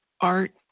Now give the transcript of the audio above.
art